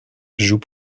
joue